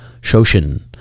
Shoshin